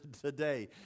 today